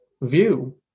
view